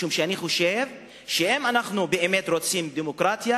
משום שאני חושב שאם אנחנו באמת רוצים דמוקרטיה